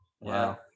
Wow